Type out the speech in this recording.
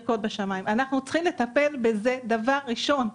אנחנו צריכים לטפל בזה דבר ראשון,